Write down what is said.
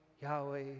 Yahweh